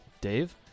Dave